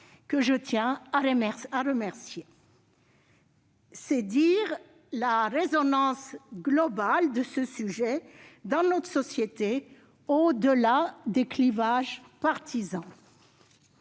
que je tiens à remercier. C'est dire la résonance globale de ce sujet dans notre société, au-delà des clivages partisans.